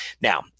Now